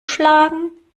schlagen